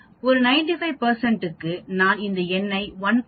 ஒரு 95 க்கு நான் இந்த எண்ணை 1